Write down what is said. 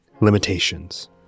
Limitations